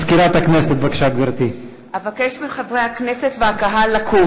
בקהילה הבין-לאומית יש כאלה שמנסים להכחיש